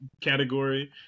category